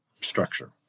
structure